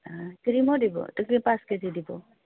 পাঁচ কেজি দিব